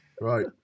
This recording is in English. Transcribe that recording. Right